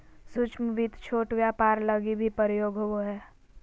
सूक्ष्म वित्त छोट व्यापार लगी भी प्रयोग होवो हय